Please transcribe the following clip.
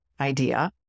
idea